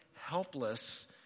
helpless